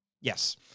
Yes